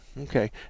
Okay